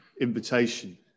invitation